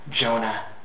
Jonah